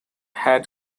had